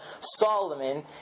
Solomon